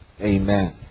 Amen